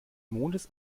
mondes